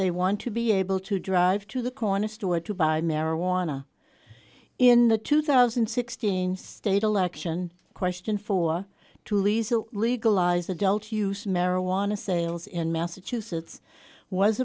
they want to be able to drive to the corner store to buy marijuana in the two thousand and sixteen state election question for tulisa legalize adult use marijuana sales in massachusetts was